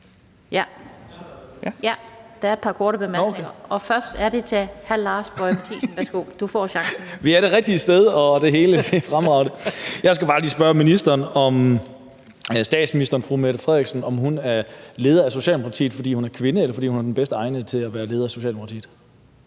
Der er et par korte bemærkninger. Først er det til hr. Lars Boje Mathiesen. Værsgo, du får chancen nu. Kl. 16:17 Lars Boje Mathiesen (NB): Vi er det rigtige sted og det hele. Det er fremragende. Jeg skal bare lige spørge ministeren, om statsministeren, fru Mette Frederiksen, er leder af Socialdemokratiet, fordi hun er kvinde, eller fordi hun er den bedst egnede til at være leder af Socialdemokratiet?